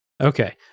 Okay